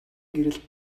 гэрэлд